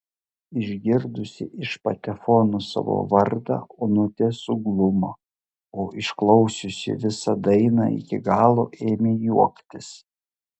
išgirdusi iš patefono savo vardą onutė suglumo o išklausiusi visą dainą iki galo ėmė juoktis